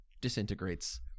disintegrates